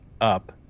up